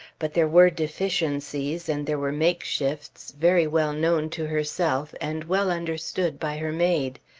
but there were deficiencies and there were make-shifts, very well known to herself and well understood by her maid.